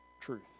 truth